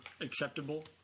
acceptable